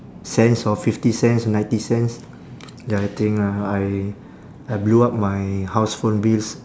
cents or fifty cents or ninety cents ya I think uh I I blew up my house phone bills